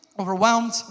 Overwhelmed